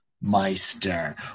Meister